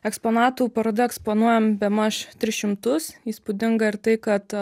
eksponatų paroda eksponuojam bemaž tris šimtus įspūdinga ir tai kad